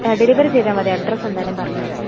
ആ ഡെലിവറി ചെയ്താൽ മതി അഡ്രസ്സ് എന്തായാലും പറഞ്ഞുതരാം